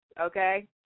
okay